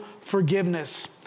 forgiveness